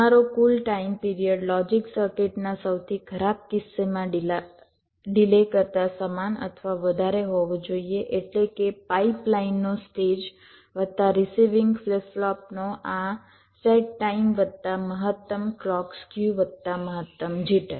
તમારો કુલ time period logic સર્કિટના સૌથી ખરાબ કિસ્સામાં ડિલે કરતા સમાન અથવા વધારે હોવો જોઈએ એટલે કે પાઇપલાઇનનો સ્ટેજ વત્તા રીસિવિંગ ફ્લિપ ફ્લોપનો આ સેટ ટાઈમ વત્તા મહત્તમ ક્લૉક સ્ક્યુ વત્તા મહત્તમ જિટર